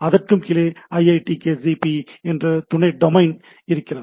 அதற்கும் கீழே ஐஐடிகேஜிபி என்ற துணை டொமைன் இருக்கிறது